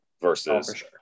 versus